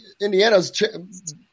Indiana's